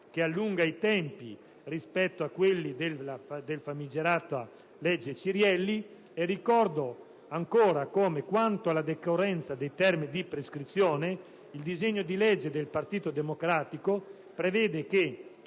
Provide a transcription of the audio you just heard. che allunga i tempi rispetto a quelli della famigerata legge Cirielli. E ricordo ancora come, quanto alla decorrenza dei termini di prescrizione, il disegno di legge del Partito Democratico preveda che,